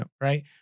Right